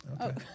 Okay